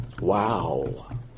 Wow